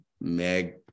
Meg